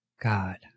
god